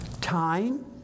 Time